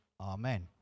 amen